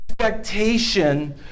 expectation